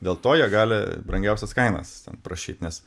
dėl to jie gali brangiausias kainas ten prašyt nes